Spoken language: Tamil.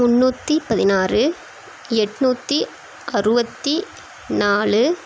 முந்நூற்றி பதினாறு எட்நூற்றி அறுபத்தி நாலு